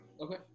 Okay